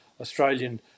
Australian